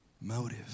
Motive